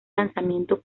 lanzamiento